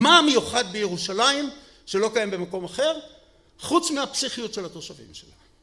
מה המיוחד בירושלים שלא קיים במקום אחר חוץ מהפסיכיות של התושבים שלהם